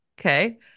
okay